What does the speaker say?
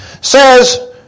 says